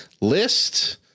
list